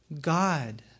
God